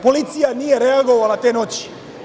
Policija nije reagovala te noći.